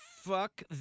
Fuck